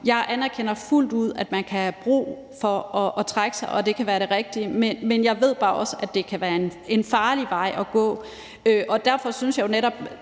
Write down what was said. Jeg anerkender fuldt ud, at man kan have brug for at trække sig, og at det kan være det rigtige, men jeg ved bare også, det kan være en farlig vej at gå. Så siger man, at det